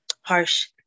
harsh